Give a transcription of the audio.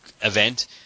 event